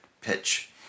pitch